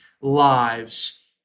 lives